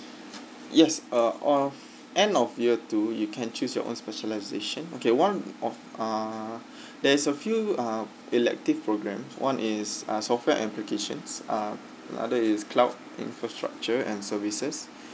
yes uh on end of year two you can choose your own specialization okay one of uh there's a few uh elective program one is uh software applications uh the other is cloud infrastructure and services